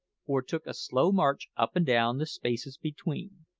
or took a slow march up and down the spaces between.